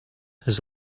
his